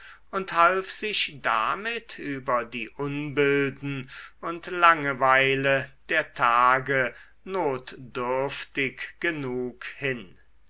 und half sich damit über die unbilden und langeweile der tage notdürftig genug hin